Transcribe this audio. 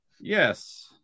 yes